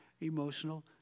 emotional